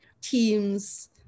teams